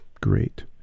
great